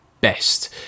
best